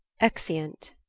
Exeunt